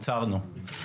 הצהרנו.